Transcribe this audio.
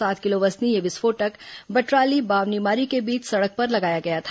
सात किलो वजनी यह विस्फोटक बटराली बावनीमारी के बीच सड़क पर लगाया गया था